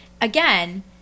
again